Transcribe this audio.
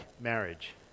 marriage